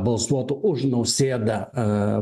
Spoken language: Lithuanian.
balsuotų už nausėdą